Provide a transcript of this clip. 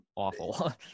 awful